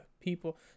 people